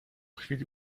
chwili